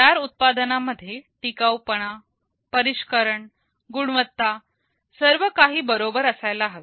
तयार उत्पादना मध्ये टिकाऊपणा परिष्करण गुणवत्ता सर्व काही बरोबर असायला हवे